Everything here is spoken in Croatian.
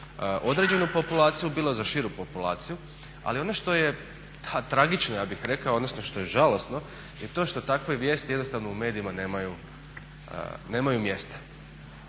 određenu populaciju bilo za širu populaciju. Ali ono što je tragično ja bih rekao odnosno što je žalosno, je to što takve vijesti jednostavno u medijima nemaju mjesta.